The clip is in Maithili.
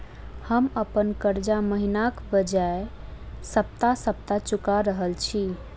हम अप्पन कर्जा महिनाक बजाय सप्ताह सप्ताह चुका रहल छि